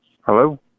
Hello